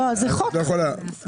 את לא יכולה.